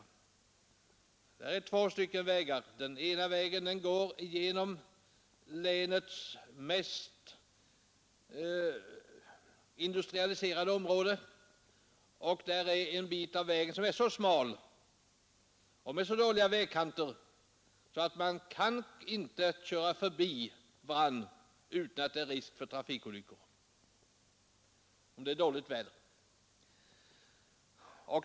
Den ena vägen går genom länets mest industrialiserade område. En bit av den vägen är så smal och har si liga vägkanter att man inte kan köra förbi varandra utan risk för trafikolyckor om det är dåligt väder.